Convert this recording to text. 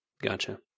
Gotcha